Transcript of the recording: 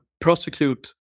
prosecute